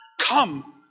Come